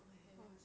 okay